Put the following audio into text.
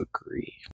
agree